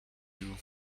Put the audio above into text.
you